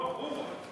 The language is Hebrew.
ברור.